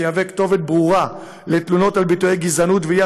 שיהווה כתובת ברורה לתלונות על ביטויי גזענות ויהיה